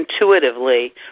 intuitively